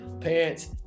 pants